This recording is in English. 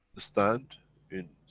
stand in,